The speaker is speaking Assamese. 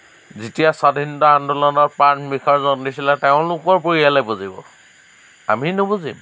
যেতিয়া স্ৱাধীনতা আন্দোলনত প্ৰাণ বিসৰ্জন দিছিলে তেওঁলোকৰ পৰিয়ালে বুজিব আমি নুবুজিম